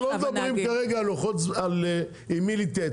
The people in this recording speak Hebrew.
אנחנו לא מדברים כרגע על השאלה עם מי להתייעץ,